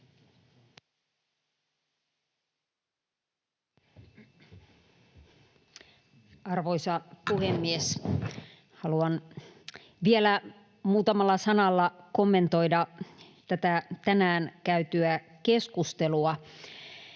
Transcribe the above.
Arvoisa puhemies! Haluan vielä muutamalla sanalla kommentoida tätä tänään käytyä keskustelua.